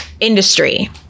industry